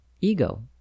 ego